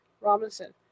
Robinson